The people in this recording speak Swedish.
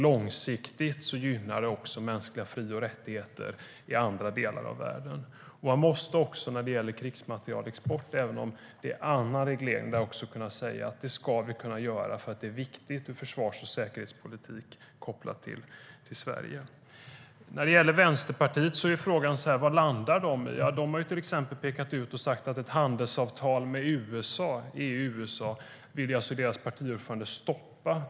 Långsiktigt gynnar det också mänskliga fri och rättigheter i andra delar av världen. När det gäller krigsmaterielexport, även om det är en annan reglering som berörs, ska vi kunna säga att vi ska bedriva handel eftersom den är viktig ur försvars och säkerhetspolitisk synpunkt kopplat till Sverige. Vad landar Vänsterpartiet i? Deras partiordförande vill stoppa ett handelsavtal mellan EU och USA.